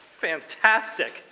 fantastic